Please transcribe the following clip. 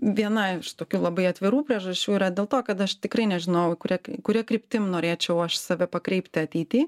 viena iš tokių labai atvirų priežasčių yra dėl to kad aš tikrai nežinojau kuria kuria kryptim norėčiau aš save pakreipti ateity